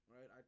right